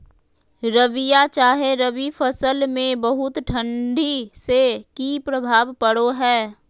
रबिया चाहे रवि फसल में बहुत ठंडी से की प्रभाव पड़ो है?